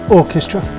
orchestra